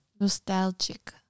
Nostalgic